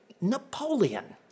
Napoleon